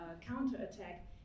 counterattack